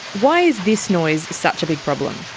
why is this noise such a big problem?